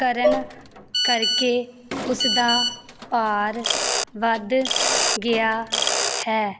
ਕਰਨ ਕਰਕੇ ਉਸ ਦਾ ਭਾਰ ਵੱਧ ਗਿਆ ਹੈ